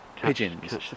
Pigeons